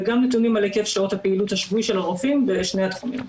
וגם נתונים על היקף שעות הפעילות השבועי של הרופאים בשני התחומים.